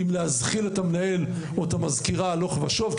בלי לטרטר את המנהל או את המזכירה הלוך ושוב,